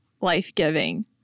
life-giving